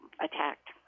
attacked